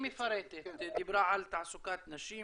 הדר דיברה על תעסוקת נשים